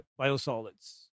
biosolids